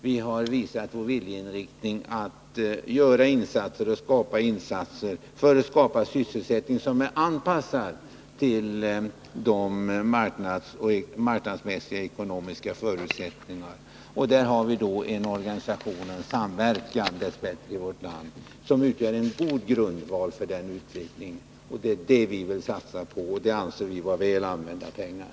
Vi har visat vår viljeinriktning när det gäller att göra insatser för att skapa sysselsättning som är anpassad till de marknadsmässiga och ekonomiska förutsättningarna. Och där har vi då dess bättre en organisation och en samverkan i vårt land, som utgör en god grund för utvecklingen. Det är detta vi vill satsa på, och det anser vi vara väl använda pengar.